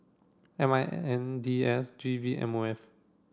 M I N D S G V M O F